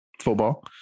football